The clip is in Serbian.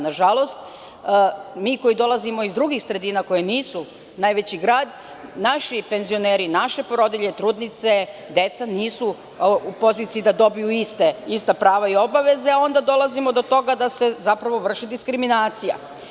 Nažalost, mi koji dolazimo iz drugih sredina, koje nisu najveći grad, naši penzioneri, naše porodilje, trudnice, deca nisu u poziciji da dobiju ista prava i obaveze, a onda dolazimo do toga da se zapravo vrši diskriminacija.